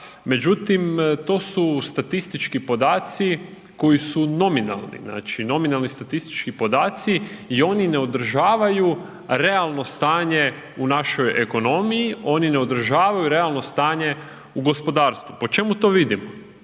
međutim to su statistički podaci koji su nominalni, znači nominalni statistički podaci i oni ne održavaju realno stanje u našoj ekonomiji, oni ne održavaju realno stanje u gospodarstvu. Po čemu to vidimo?